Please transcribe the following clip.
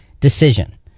decision